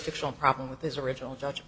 dictional problem with his original judg